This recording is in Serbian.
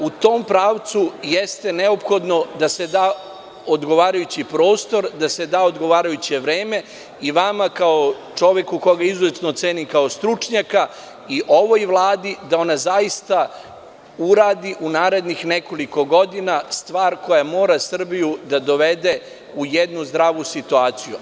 U tom pravcu jeste neophodno da se da odgovarajući prostor, da se da odgovarajuće vreme, i vama kao čoveku koga izuzetno cenim, kao stručnjaka, i ovoj Vladi da ona zaista uradi u narednih nekoliko godina stvar koja mora Srbiju da dovede u jednu zdravu situaciju.